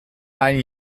ein